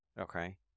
Okay